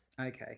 okay